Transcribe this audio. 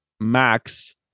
Max